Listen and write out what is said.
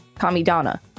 Kamidana